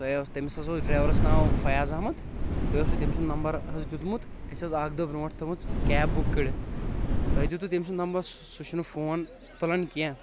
تۄہہِ تٔمِس حظ اوس ڈریورس ناو فیاض احمد تۄہہِ اوسوُ تٔمۍ سُنٛد نمبر حظ دیُتمُت اَسہِ أس اکھ دۄہ بروٗنٛٹھ تھأومٕژ کیب بُک کٔرِتھ تۄہہِ دیُتو تٔمۍ سُنٛد نمبر سُہ چُھنہٕ فون تُلان کیٚنٛہہ